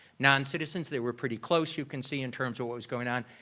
non-citizens, they were pretty close. you can see in terms of what was going on.